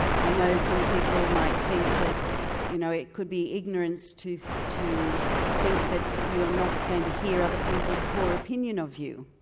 i know some people might think that you know it could be ignorance to to think that you are not going to hear other people's poor opinion of you.